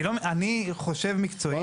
אני לא, אני חושב מקצועית.